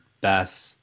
Beth